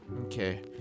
Okay